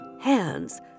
hands